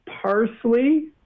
parsley